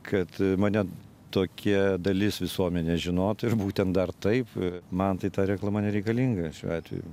kad mane tokie dalis visuomenės žinotų ir būtent dar taip man tai ta reklama nereikalinga šiuo atveju